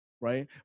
right